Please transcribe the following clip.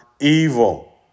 evil